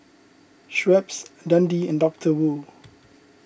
Schweppes Dundee and Doctor Wu